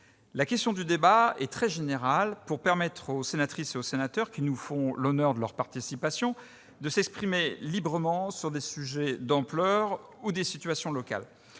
La question posée est très générale pour permettre aux sénatrices et aux sénateurs qui nous font l'honneur de leur participation de s'exprimer librement sur des sujets d'ampleur ou des situations locales.